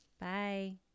Bye